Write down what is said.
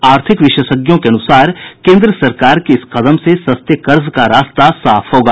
आर्थिक विशेषज्ञों के अनुसार केन्द्र सरकार के इस कदम से सस्ते कर्ज का रास्ता साफ होगा